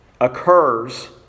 occurs